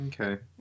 okay